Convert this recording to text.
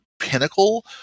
pinnacle